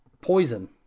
Poison